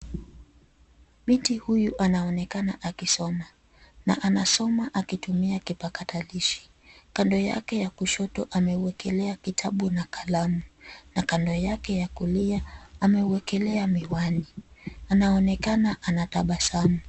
Binti huyu anaonekana akisoma, na anasoma akitumia kipakatalishi. Kando yake ya kushoto amewekelea kitabu na kalamu, na kando yake ya kulia amewekelea miwani. Anaonekana anatabasamu.